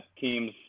teams